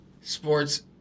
sports